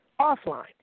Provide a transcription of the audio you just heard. offline